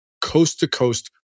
coast-to-coast